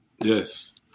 Yes